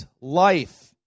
life